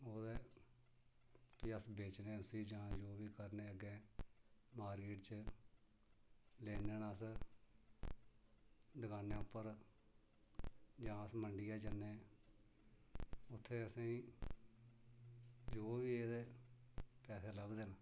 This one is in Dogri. ओह्दे फ्ही अस बेचने उसी जां जो बी करने आं अग्गें मारी उड़चै लेकिन अस दकानै उप्पर जां अस मंडियै जन्ने उत्थें असें गी जो बी एह्दे पैसे लभदे न